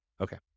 Okay